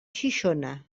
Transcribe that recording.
xixona